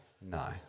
No